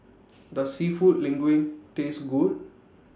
Does Seafood Linguine Taste Good